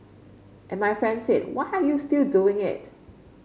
and my friend said why are you still doing it